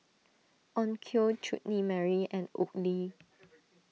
Onkyo Chutney Mary and Oakley